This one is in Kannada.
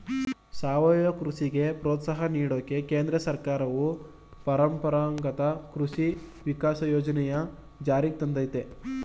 ಸಾವಯವ ಕೃಷಿಗೆ ಪ್ರೋತ್ಸಾಹ ನೀಡೋಕೆ ಕೇಂದ್ರ ಸರ್ಕಾರವು ಪರಂಪರಾಗತ ಕೃಷಿ ವಿಕಾಸ ಯೋಜನೆನ ಜಾರಿಗ್ ತಂದಯ್ತೆ